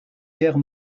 guerre